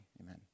amen